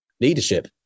leadership